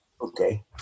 Okay